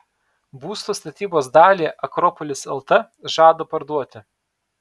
būsto statybos dalį akropolis lt žada parduoti